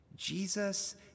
Jesus